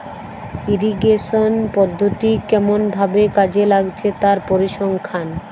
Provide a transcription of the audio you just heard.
irrigation পদ্ধতি কেমন ভাবে কাজে লাগছে তার পরিসংখ্যান